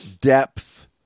depth